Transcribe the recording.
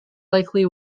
likely